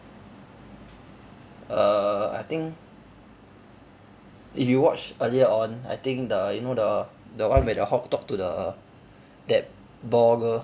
err I think if you watch earlier on I think the you know the the one where the hawk talk to the that bald girl